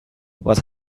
what